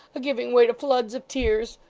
a-giving way to floods of tears.